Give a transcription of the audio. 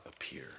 appear